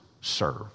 serve